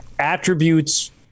attributes